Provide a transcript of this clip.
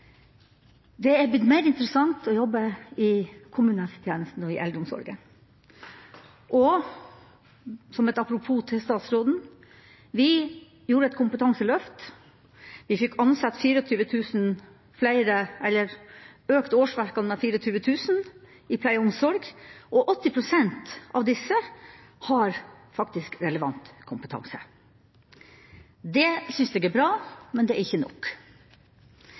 Det er blitt mer interessant å jobbe i kommunehelsetjenesten og i eldreomsorgen. Og som et apropos til statsråden: Vi gjorde et kompetanseløft. Vi fikk økt årsverkene med 24 000 innen pleie og omsorg, og 80 pst. av disse ansatte har faktisk relevant kompetanse. Det syns jeg er bra, men det er ikke nok.